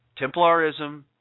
Templarism